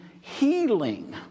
healing